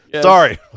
sorry